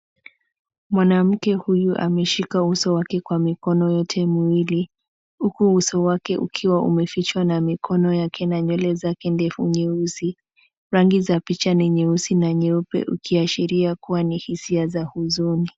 Mwanamke huyu ameshika uso wake kwa mikono yote miwili ,huku uso wake ukiwa umefichwa na mikono yake na nywele zake ndevu nyeusi. Rangi za picha ni nyeusi na nyeupe ukiashiria kuwa ni hisia za huzuni.